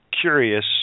curious